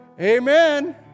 Amen